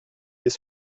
des